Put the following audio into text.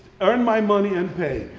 earn my money, and pay.